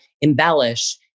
embellish